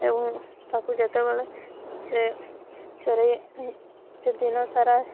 ଏବଂ ତାକୁ ଯେତେବେଳେ ସେ ଚରେ ସେ ଦିନ ସାରା